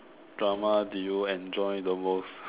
drama do you enjoy the most